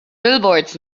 billboards